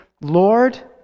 Lord